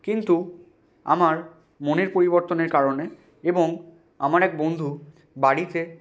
কিন্তু আমার মনের পরিবর্তনের কারণে এবং আমার এক বন্ধু বাড়িতে